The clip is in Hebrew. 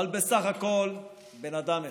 אבל בסך הכול בן אדם אחד.